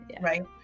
right